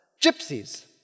gypsies